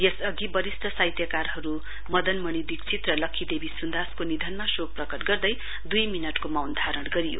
यसअघि बरिष्ट साहित्यकारहरू मदनमणि दीक्षित र लख्खी देवी सुयासको निधनमा शोक प्रकट गर्दै दुई मिनटको मौट धारण गरियो